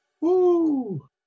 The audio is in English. woo